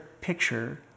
picture